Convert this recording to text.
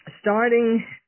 starting